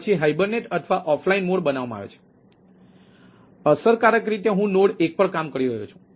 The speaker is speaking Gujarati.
તેથી અસરકારક રીતે હું નોડ 1 પર કામ કરી રહ્યો છું